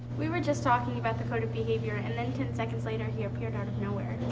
we were just talking about the code of behavior and then ten seconds later, he appeared out of nowhere.